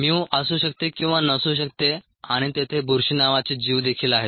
mu असू शकते किंवा नसू शकते आणि तेथे बुरशी नावाचे जीव देखील आहेत